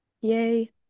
Yay